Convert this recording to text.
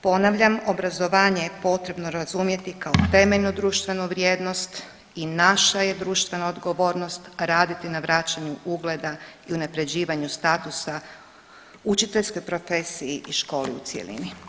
Ponavljam, obrazovanje je potrebno razumjeti kao temeljnu društvenu vrijednost i naša je društvena odgovornost raditi na vraćanju ugleda i unaprjeđivanju statusa učiteljskoj profesiji i školi u cjelini.